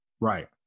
Right